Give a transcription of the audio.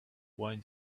wine